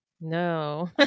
No